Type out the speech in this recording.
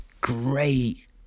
great